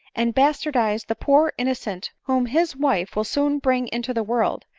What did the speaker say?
and bastardize the poor innocent whom his wife will soon bring into the world,